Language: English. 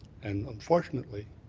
and unfortunately,